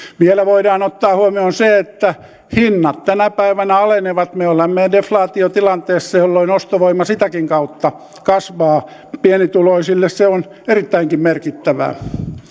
vielä voidaan ottaa huomioon se että hinnat tänä päivänä alenevat me olemme deflaatiotilanteessa jolloin ostovoima sitäkin kautta kasvaa pienituloisille se on erittäinkin merkittävää